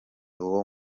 uwo